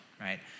right